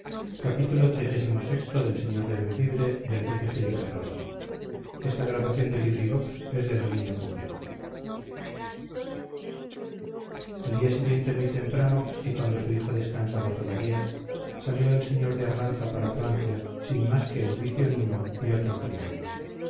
aquella noche al día siguiente muy temprano y cuando su hija descansaba todavía salió el señor de arganza para francia sin más que el vicio nuño y otro criado